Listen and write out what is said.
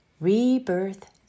Rebirth